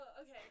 Okay